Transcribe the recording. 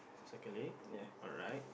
circle it alright